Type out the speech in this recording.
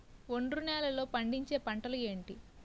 ఒండ్రు నేలలో పండించే పంటలు ఏంటి?